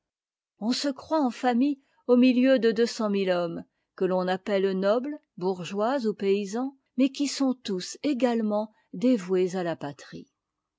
on se croit en famille au milieu de deux cent mi e hommes que l'on appelle nobles bourgeois ou paysans mais qui sont tous également dévoués à la patrie